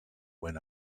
when